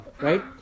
right